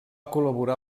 col·laborar